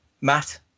Matt